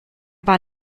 war